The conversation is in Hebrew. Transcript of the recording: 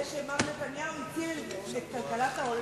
אנחנו עוד מדסקסים את זה שמר נתניהו הציל את כלכלת העולם.